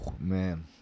Man